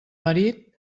marit